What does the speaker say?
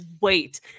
wait